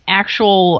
actual